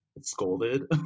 scolded